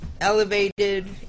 Elevated